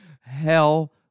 hell